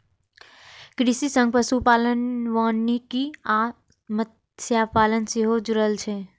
कृषि सं पशुपालन, वानिकी आ मत्स्यपालन सेहो जुड़ल छै